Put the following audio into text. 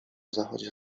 zachodzie